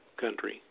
country